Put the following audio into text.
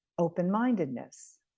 Open-mindedness